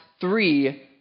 three